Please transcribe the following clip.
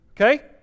okay